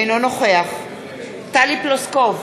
אינו נוכח טלי פלוסקוב,